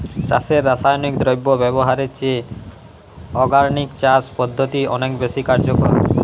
চাষে রাসায়নিক দ্রব্য ব্যবহারের চেয়ে অর্গানিক চাষ পদ্ধতি অনেক বেশি কার্যকর